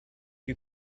you